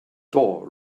door